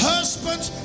Husbands